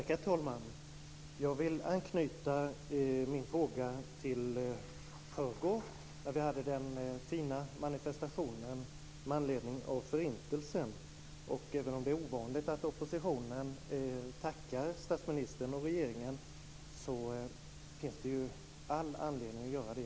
Herr talman! Jag vill anknyta min fråga till den fina manifestationen i förrgår med anledning av förintelsen. Även om det är ovanligt att oppositionen tackar statsministern och regeringen finns det all anledning att göra det.